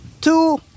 two